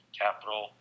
capital